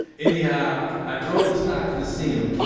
anyhow, i drove to stockton to see him.